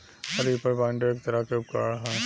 reaper binder एक तरह के उपकरण ह